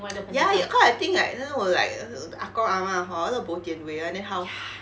ya cau~ I think like ah gong ah ma hor le bo dian wei ah then how